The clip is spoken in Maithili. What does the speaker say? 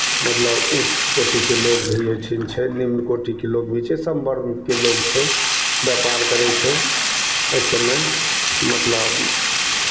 मतलब उच्च कोटिके लोक भी एहिठिन छै निम्न कोटिके लोक भी छै सभ वर्गके लोक छै व्यापार करै छै एहि सभमे मतलब